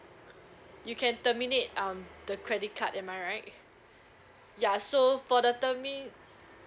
you can terminate um the credit card am I right ya so for the termi~